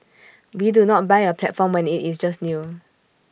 we do not buy A platform when IT is just new